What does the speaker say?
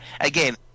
again